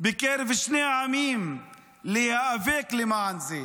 בקרב שני העמים להיאבק למען זה.